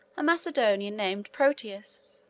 a macedonian named proteas.